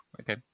okay